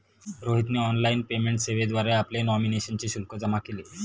रोहितने online payment सेवेद्वारे आपली नॉमिनेशनचे शुल्क जमा केले